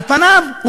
על פניו,